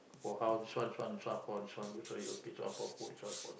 for house this one this one this one for this one for this okay this one for food this one for